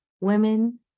women